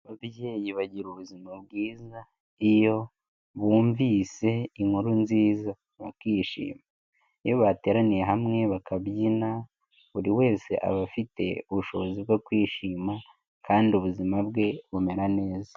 Ababyeyi bagira ubuzima bwiza iyo bumvise inkuru nziza bakishima. Iyo bateraniye hamwe bakabyina buri wese aba afite ubushobozi bwo kwishima, kandi ubuzima bwe bumera neza.